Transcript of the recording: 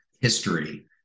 history